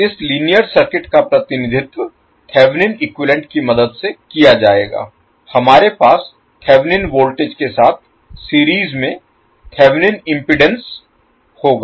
इस linear circuit का प्रतिनिधित्व थेवेनिन इक्विवैलेन्ट की मदद से किया जाएगा हमारे पास थेवेनिन वोल्टेज के साथ सीरीज में थेवेनिन इम्पीडेन्स होगा